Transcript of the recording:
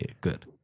good